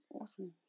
awesome